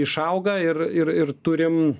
išauga ir ir ir turim